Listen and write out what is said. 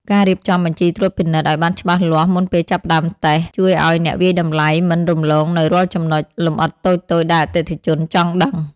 ការរៀបចំបញ្ជីត្រួតពិនិត្យ ឱ្យបានច្បាស់លាស់មុនពេលចាប់ផ្តើមតេស្ត ជួយឱ្យអ្នកវាយតម្លៃមិនរំលងនូវរាល់ចំណុចលម្អិតតូចៗដែលអតិថិជនចង់ដឹង។